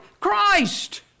Christ